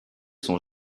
son